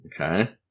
Okay